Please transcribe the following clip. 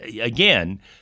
again